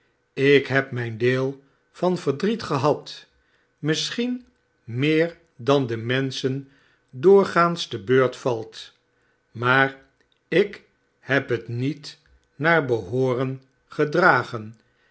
ik heb mijn deel van verdriet gehad misschien meer dan den menschen door gaans te beurt valt maar ik heb het niet naar behooren gedragen